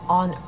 on